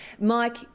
Mike